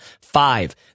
five